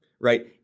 right